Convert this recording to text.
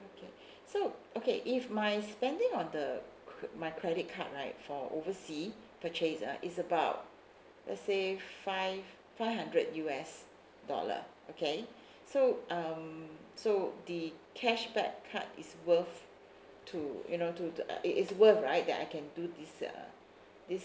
okay so okay if my spending on the cr~ my credit card right for oversea purchase uh is about let's say five five hundred U_S dollar okay so um so the cashback card is worth to you know to to uh it is worth right that I can do this uh this